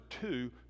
two